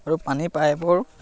আৰু পানীৰ পায়পবোৰ